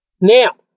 Now